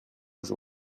jours